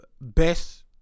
best